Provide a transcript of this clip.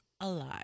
alive